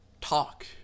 talk